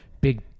big